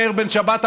מאיר בן שבת,